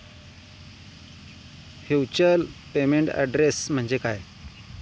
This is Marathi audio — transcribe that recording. व्हर्च्युअल पेमेंट ऍड्रेस म्हणजे काय?